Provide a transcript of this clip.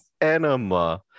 enema